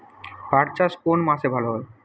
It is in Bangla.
পাট চাষ কোন মাসে ভালো হয়?